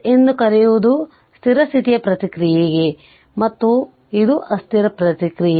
Vs ಎಂದು ಕರೆಯುವುದು ಸ್ಥಿರ ಸ್ಥಿತಿಯ ಪ್ರತಿಕ್ರಿಯೆ ಮತ್ತು ಇದು ಅಸ್ಥಿರ ಪ್ರತಿಕ್ರಿಯೆ